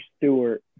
Stewart